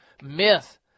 myth